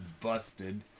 busted